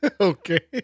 okay